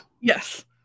Yes